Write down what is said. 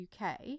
UK –